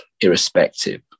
irrespective